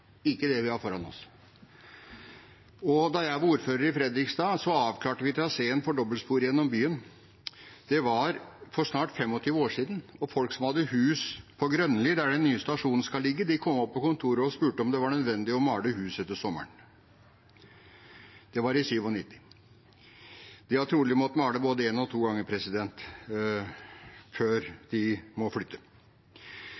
ikke det vi har foran oss. Og da jeg var ordfører i Fredrikstad, avklarte vi traseen for dobbeltspor gjennom byen. Det er snart 25 år siden, og folk som hadde hus på Grønli, der den nye stasjonen skal ligge, kom opp på kontoret og spurte meg om det var nødvendig å male huset til sommeren. Det var i 1997. De har trolig måttet male både en og to ganger før